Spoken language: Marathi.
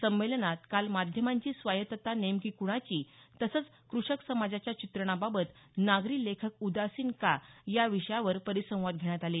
संमेलनात काल माध्यमांची स्वायत्तता नेमकी कोणाची तसंच कृषक समाजाच्या चित्रणाबाबत नागरी लेखक उदासीन का या विषयावर परिसंवाद घेण्यात आले